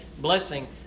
blessing